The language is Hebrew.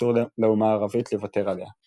שאסור לאומה הערבית לוותר עליה,